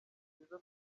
byiza